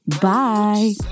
Bye